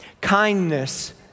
kindness